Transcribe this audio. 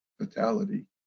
fatality